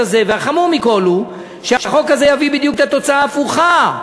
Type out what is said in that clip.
"והחמור מכול הוא שהחוק הזה יביא בדיוק את התוצאה ההפוכה,